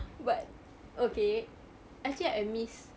but okay actually I miss